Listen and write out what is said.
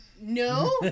no